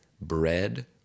bread